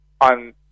on